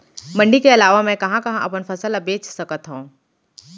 मण्डी के अलावा मैं कहाँ कहाँ अपन फसल ला बेच सकत हँव?